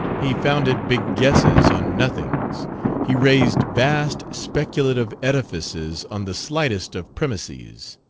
he founded big guesses on nothings he raised vast speculative edifices on the slightest of premises.